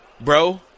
Bro